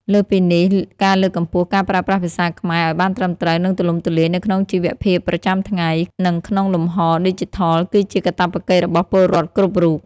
លើសពីនេះ ការលើកកម្ពស់ការប្រើប្រាស់ភាសាខ្មែរឱ្យបានត្រឹមត្រូវ និងទូលំទូលាយនៅក្នុងជីវភាពប្រចាំថ្ងៃ និងក្នុងលំហឌីជីថល គឺជាកាតព្វកិច្ចរបស់ពលរដ្ឋគ្រប់រូប។